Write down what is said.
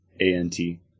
A-N-T